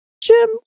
Jim